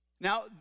Now